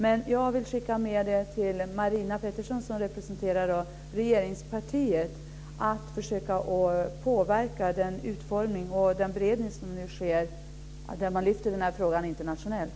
Men jag vill skicka med till Marina Pettersson, som representerar regeringspartiet, att hon borde försöka påverka den utformning och beredning som nu sker där man lyfter upp den här frågan internationellt.